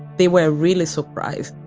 they were really surprised,